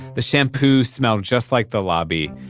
the shampoo smelled just like the lobby.